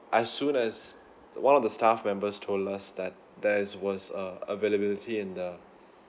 as soon as one of the staff members told us that there's was uh availability in the